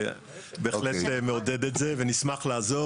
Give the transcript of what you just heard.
ובהחלט מעודד את זה ונשמח לעזור,